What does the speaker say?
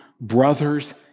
brothers